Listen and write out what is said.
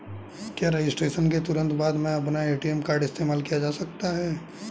क्या रजिस्ट्रेशन के तुरंत बाद में अपना ए.टी.एम कार्ड इस्तेमाल किया जा सकता है?